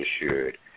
assured